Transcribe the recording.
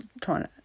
trying